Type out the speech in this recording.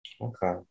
Okay